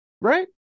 right